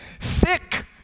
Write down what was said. thick